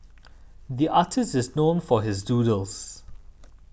the artist is known for his doodles